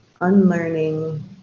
unlearning